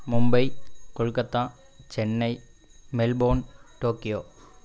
Mumbai Kolkata Chennai Melbourne Tokyo